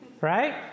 right